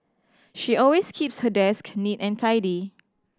she always keeps her desk neat and tidy